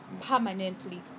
permanently